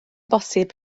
bosib